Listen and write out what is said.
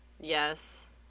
yes